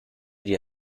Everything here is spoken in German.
dir